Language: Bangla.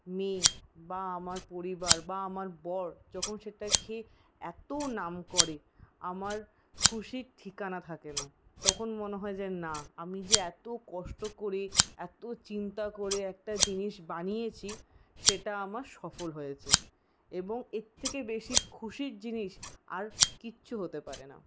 মেয়ে বা আমার পরিবার বা আমার বর যখন সেটা খেয়ে এত নাম করে আমার খুশির ঠিকানা থাকে না তখন মনে হয় যে না আমি যে এত কষ্ট করে এত চিন্তা করে একটা জিনিস বানিয়েছি সেটা আমার সফল হয়েছে এবং এর থেকে বেশি খুশির জিনিস আর কিচ্ছু হতে পারে না